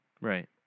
right